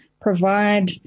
provide